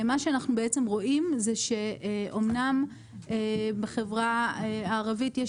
מה שאנחנו בעצם רואים זה שבחברה הערבית אומנם